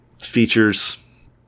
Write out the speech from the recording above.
features